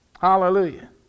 Hallelujah